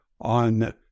on